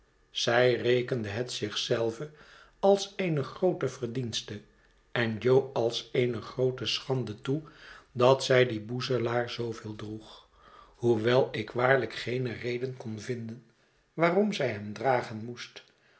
zy rekende het zich zelve als eene groote verdienste en jo als eene groote schande toe dat zij dien boezelaar zooveel droeg hoewel ik waarlijk geene reden kon vinden waarom zij hem dragen moest